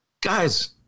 Guys